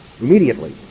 immediately